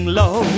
low